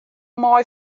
mei